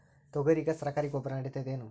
ತೊಗರಿಗ ಸರಕಾರಿ ಗೊಬ್ಬರ ನಡಿತೈದೇನು?